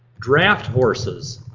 draft horses,